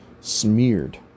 smeared